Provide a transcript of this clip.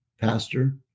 pastor